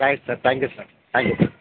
right sir thank you sir thank you